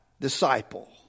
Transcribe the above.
disciple